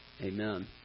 Amen